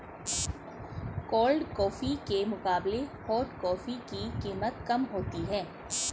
cold coffee के मुकाबले hot coffee की कीमत कम होती है